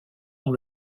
dans